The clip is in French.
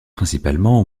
principalement